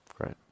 great